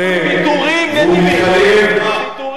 ונעשה שם ויתורים נדיבים.